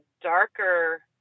darker